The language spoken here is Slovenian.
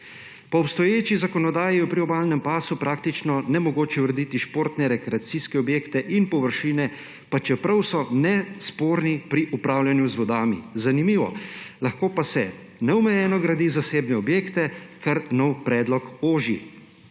Po obstoječi zakonodaji o priobalnem pasu je praktično nemogoče urediti športne, rekreacijske objekte in površine, pa čeprav so nesporni pri upravljanju z vodami. Zanimivo, lahko pa se neomejeno gradijo zasebni objekti, kar nov predlog oži.